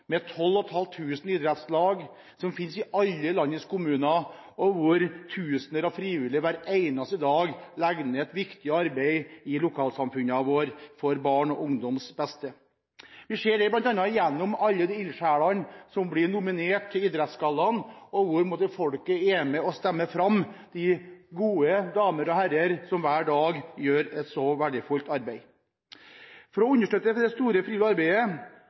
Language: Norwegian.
og med 12 500 idrettslag, som finnes i alle landets kommuner, hvor tusener av frivillige hver eneste dag legger ned et viktig arbeid i lokalsamfunnene våre – til barns og ungdommens beste. Vi ser det bl.a. med alle de ildsjelene som blir nominert til Idrettsgallaen, hvor folket er med og stemmer fram de gode damer og herrer som hver dag gjør et så verdifullt arbeid. For å understøtte det store frivillige arbeidet